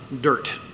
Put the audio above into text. dirt